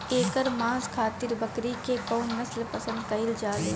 एकर मांस खातिर बकरी के कौन नस्ल पसंद कईल जाले?